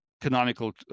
canonical